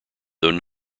though